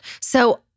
So-